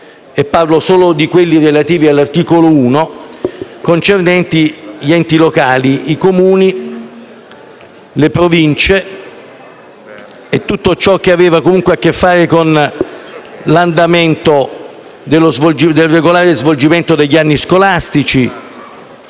parlo solo di quelli riferiti all'articolo 1 - concernenti gli enti locali, i Comuni, le Province e tutto ciò che aveva comunque a che fare con l'andamento del regolare svolgimento degli anni scolastici,